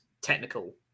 technical